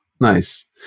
Nice